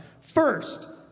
First